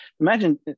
imagine